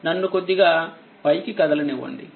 నన్ను కొద్దిగా పైకి కదలనివ్వండి